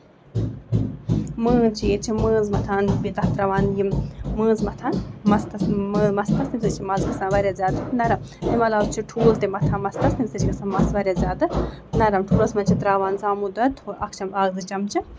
مٲنز چھِ ییٚتہِ چھِ مٲنز مَتھان بیٚیہِ تَتھ تراوان یِم مٲنز مَتھان مَستس مٲنز مَستَس تَمہِ سۭتۍ چھُ مَس گژھان واریاہ زیادٕ نَرَم اَمہِ علاوٕ چھِ ٹھوٗل تہِ مَتھان مَستَس تَمہِ سۭتۍ چھُ گژھان مَس واریاہ زیادٕ نَرٕم ٹھوٗلَس منٛز چھِ تراوان زامُت دۄد اکھ چم اکھ زٕ چَمچہٕ